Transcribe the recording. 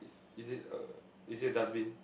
is it a is it a dustbin